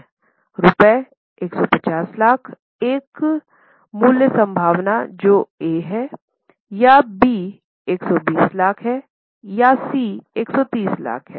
रु 150 लाख एक मूल्य संभावना जो ए हैं या बी 120 लाख है या सी 130 लाख